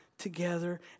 together